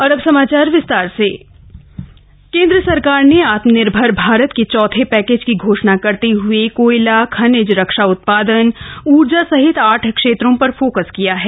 वित मंत्री पीसी केंद्र सरकार ने आत्मनिर्भर भारत के चौथे पैकेज की घोषणा करते हए कोयला खनिज रक्षा उत्पादन ऊर्जा सहित आठ क्षेत्रों पर फोकस किया है